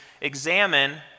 examine